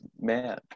man